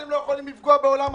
אתם לא יכולים לפגוע בעולם התורה.